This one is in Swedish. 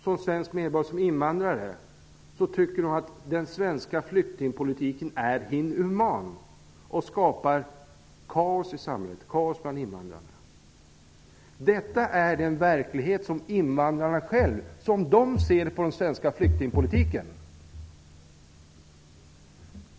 Som svensk medborgare och invandrare tycker hon att den svenska flyktingpolitiken är inhuman och skapar kaos i samhället. Den skapar kaos bland invandrarna. Så här ser invandrarna själva på den svenska flyktingpolitiken.